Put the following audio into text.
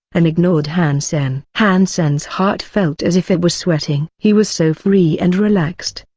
and ignored han sen. han sen's heart felt as if it was sweating. he was so free and relaxed,